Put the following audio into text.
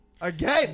again